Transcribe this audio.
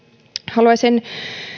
haluaisin